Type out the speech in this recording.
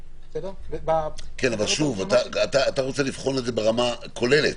אתה רוצה לבחון את זה ברמה הכוללת.